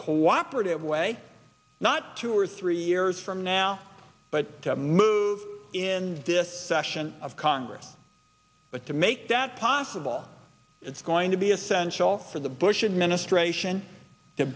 cooperative way not two or three years from now but to move in this session of congress but to make that possible it's going to be essential for the bush administration to